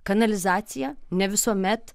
kanalizaciją ne visuomet